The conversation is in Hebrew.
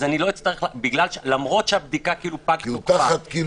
למרות שפג תוקפה של הבדיקה,